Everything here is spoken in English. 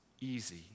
easy